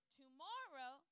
tomorrow